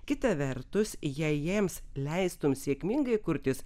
kita vertus jei jiems leistum sėkmingai kurtis